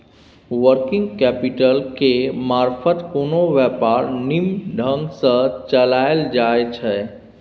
working capital केर मारफत कोनो व्यापार निम्मन ढंग सँ चलाएल जाइ छै